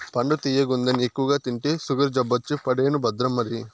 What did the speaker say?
పండు తియ్యగుందని ఎక్కువగా తింటే సుగరు జబ్బొచ్చి పడేను భద్రం మరి